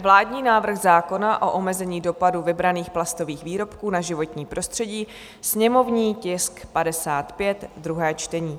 Vládní návrh zákona o omezení dopadu vybraných plastových výrobků na životní prostředí /sněmovní tisk 55/ druhé čtení